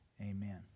amen